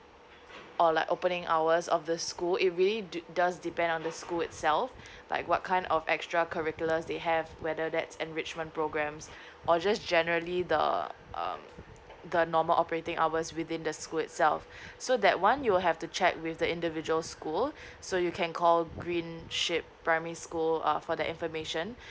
or like opening hours of the school it really did does depend on the school itself like what kind of extracurricular they have whether that's enrichment programmes or just generally the um the normal operating hours within the school itself so that one you will have to check with the individual school so you can call green ship primary school uh for the information